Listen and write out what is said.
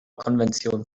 konvention